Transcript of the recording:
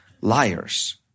liars